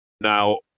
now